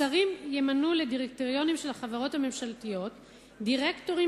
השרים ימנו לדירקטוריונים של החברות הממשלתיות דירקטורים